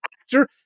actor